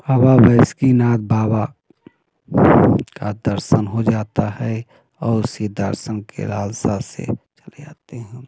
बाबा वासुकिनाथ बाबा का दर्शन हो जाता है और उसी दर्शन की लालसा से चले आते हैं